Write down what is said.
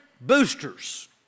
boosters